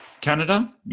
Canada